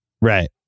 Right